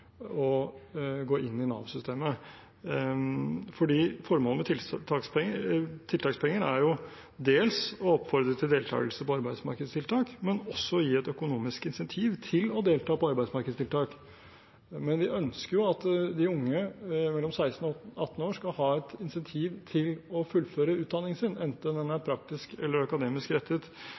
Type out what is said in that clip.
og gå inn i Nav-systemet, for formålet med tiltakspenger er dels å oppfordre til deltakelse på arbeidsmarkedstiltak, men også å gi et økonomisk insentiv til å delta på arbeidsmarkedstiltak. Men vi ønsker at unge mellom 16 og 18 år skal ha et insentiv til å fullføre utdanningen sin, enten den er praktisk eller akademisk rettet,